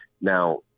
Now